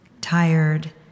tired